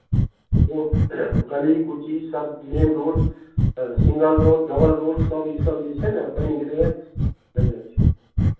road गली कुचीसभ main road single road double रोडसभ ईसभ जे छै ने बनि गेलैए बुझलियै